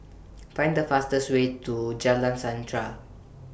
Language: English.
Find The fastest Way to Jalan Sandra